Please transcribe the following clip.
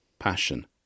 Passion